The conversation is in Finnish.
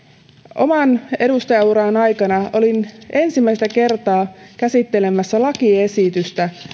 oman edustajaurani aikana olin ensimmäistä kertaa käsittelemässä lakiesitystä